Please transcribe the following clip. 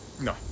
no